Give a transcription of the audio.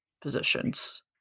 positions